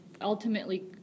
ultimately